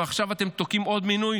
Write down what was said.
ועכשיו אתם תוקעים עוד מינוי,